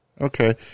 Okay